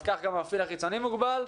כך גם המפעיל החיצוני מוגבל,